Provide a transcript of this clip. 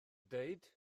dweud